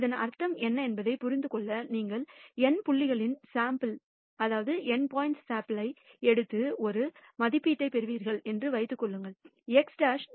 இதன் அர்த்தம் என்ன என்பதை புரிந்து கொள்ள நீங்கள் N புள்ளிகளின் சாம்பிள் யை எடுத்து ஒரு மதிப்பீட்டைப் பெறுவீர்கள் என்று வைத்துக் கொள்ளுங்கள் x̅